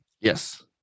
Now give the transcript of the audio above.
yes